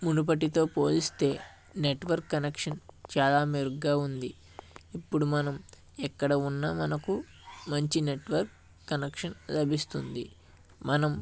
మునుపటితో పోలిస్తే network connection చాలా మెరుగ్గా ఉంది ఇప్పుడు మనం ఎక్కడ ఉన్నా మనకు మంచి నెట్వర్క్ కనెక్షన్ లభిస్తుంది మనం